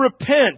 repent